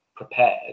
prepared